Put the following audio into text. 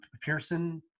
Pearson